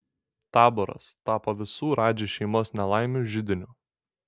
taboras tapo visų radži šeimos nelaimių židiniu